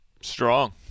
Strong